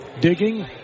digging